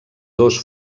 dos